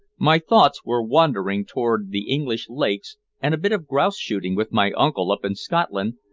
my thoughts were wandering toward the english lakes, and a bit of grouse-shooting with my uncle up in scotland,